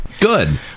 Good